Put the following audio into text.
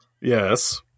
Yes